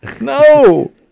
No